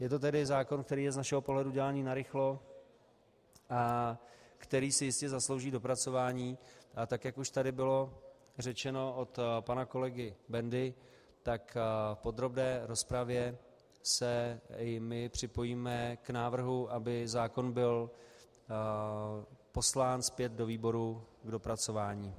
Je to tedy zákon, který je z našeho pohledu dělaný narychlo a který si jistě zaslouží dopracování, tak jak už tady bylo řečeno, od pana kolegy Bendy, tak v podrobné rozpravě se i my připojíme k návrhu, aby zákon byl poslán zpět do výboru k dopracování.